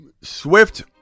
Swift